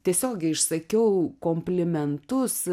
tiesiogiai išsakiau komplimentus